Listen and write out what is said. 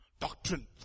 doctrine